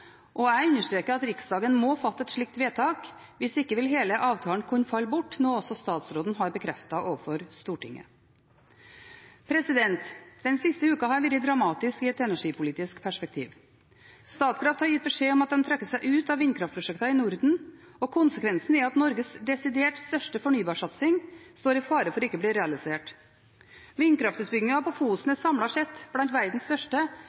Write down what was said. og jeg understreker at Riksdagen må fatte et slikt vedtak, hvis ikke vil hele avtalen kunne falle bort, noe som også statsråden har bekreftet overfor Stortinget. Den siste uka har vært dramatisk i et energipolitisk perspektiv. Statkraft har gitt beskjed om at de trekker seg ut av vindkraftprosjekt i Norden, og konsekvensen er at Norges desidert største fornybarsatsing står i fare for ikke å bli realisert. Vindkraftutbyggingen på Fosen er samlet sett blant verdens største,